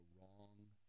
wrong